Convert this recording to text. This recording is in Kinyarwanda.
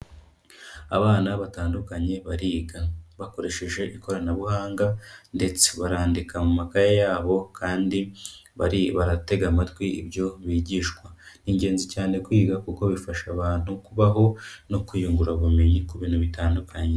Abana batandukanye bariga bakoresheje ikoranabuhanga ndetse barandika mu makaye yabo kandi bari baratega amatwi ibyo bigishwa. Ni ingenzi cyane kwiga kuko bifasha abantu kubaho no kwiyungura ubumenyi ku bintu bitandukanye.